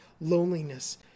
loneliness